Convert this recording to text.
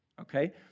okay